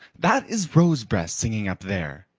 that is rosebreast singing up there,